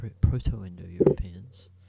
proto-Indo-Europeans